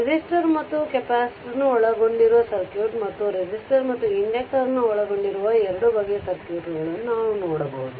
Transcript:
resistor ಮತ್ತು capacitor ಅನ್ನು ಒಳಗೊಂಡಿರುವ ಸರ್ಕ್ಯೂಟ್ ಮತ್ತು ಮತ್ತು ರೆಸಿಸ್ಟರ್ ಮತ್ತು ಇಂಡಕ್ಟರ್ ಅನ್ನು ಒಳಗೊಂಡಿರುವ 2 ಬಗೆಯ ಸರ್ಕ್ಯೂಟ್ಗಳನ್ನು ನಾವು ನೋಡವಬಹುದು